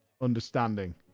Understanding